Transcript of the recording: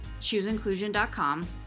chooseinclusion.com